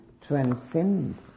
transcend